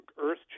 earth